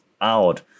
out